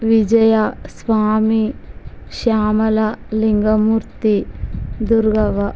Vijaya Swami Shyamala Lingamurthy Durgavva